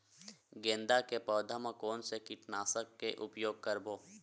गेंदा के पौधा म कोन से कीटनाशक के उपयोग करबो?